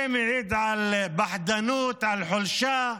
מעיד על פחדנות, על חולשה.